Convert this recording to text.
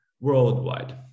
worldwide